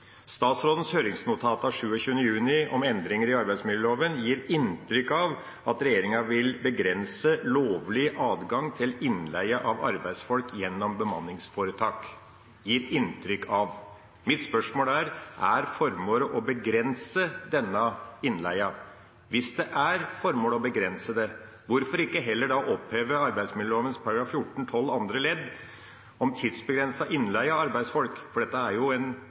Statsrådens høringsnotat av 29. juni om endringer i arbeidsmiljøloven gir inntrykk av at regjeringa vil begrense lovlig adgang til innleie av arbeidsfolk gjennom bemanningsforetak – gir inntrykk av. Mitt spørsmål er: Er formålet å begrense denne innleien? Hvis det er formålet å begrense det, hvorfor ikke heller da oppheve arbeidsmiljøloven § 14-12 andre ledd, om tidsbegrenset innleie av arbeidsfolk? For det er jo en